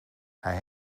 hij